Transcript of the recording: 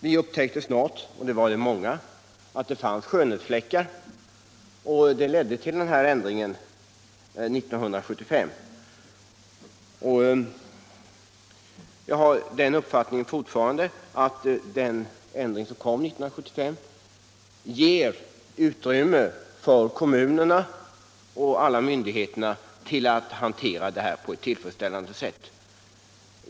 Men vi var många som snart upptäckte att det fanns skönhetsfläckar, och det ledde till den ändring som vidtogs och som gäller från ingången av 1975. Jag har fortfarande den uppfattningen att ändringen 1975 ger utrymme för kommunerna och alla berörda myndigheter att hantera detta på ett tillfredsställande sätt.